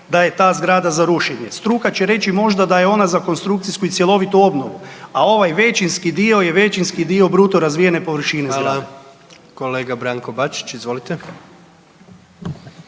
da je ta zgrada za rušenje. Struka će reći možda da je ona za konstrukcijsku i cjelovitu obnovu, a ovaj većinski dio je većinski dio bruto razvijene površine zgrade. **Jandroković, Gordan